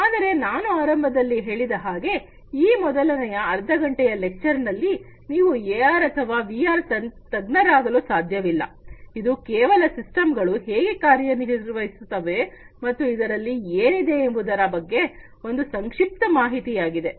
ಆದರೆ ನಾನು ಆರಂಭದಲ್ಲಿ ಹೇಳಿದ ಹಾಗೆ ಈ ಮೊದಲನೆಯ ಅರ್ಧಗಂಟೆಯ ಉಪನ್ಯಾಸದಲ್ಲಿ ನೀವು ಎಆರ್ ಅಥವಾ ವಿಆರ್ ತಜ್ಞರಾಗಲು ಸಾಧ್ಯವಿಲ್ಲ ಇದು ಕೇವಲ ಸಿಸ್ಟಮ್ ಗಳು ಹೇಗೆ ಕಾರ್ಯನಿರ್ವಹಿಸುತ್ತವೆ ಮತ್ತು ಅದರಲ್ಲಿ ಏನಿದೆ ಎಂಬುದರ ಬಗ್ಗೆ ಒಂದು ಸಂಕ್ಷಿಪ್ತ ಮಾಹಿತಿಯಾಗಿದೆ